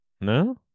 No